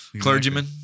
Clergymen